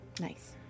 Nice